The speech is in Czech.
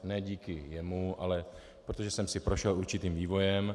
Ne díky jemu, ale protože jsem si prošel určitým vývojem.